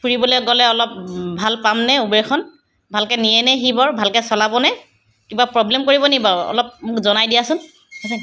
ফুৰিবলৈ গ'লে অলপ ভাল পামনে উবেৰখন ভালকৈ নিয়ে নে সি বাৰু ভালকৈ চলাব নে কিবা প্ৰব্লেম কৰিব নেকি বাৰু অলপ জনাই দিয়াচোন